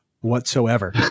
whatsoever